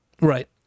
right